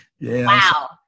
Wow